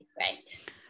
right